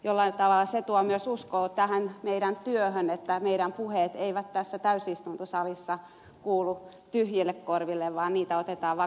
jollain tavalla se tuo myös uskoa tähän meidän työhömme että meidän puheemme eivät tässä täysistuntosalissa kuulu tyhjille korville vaan niitä otetaan vakavasti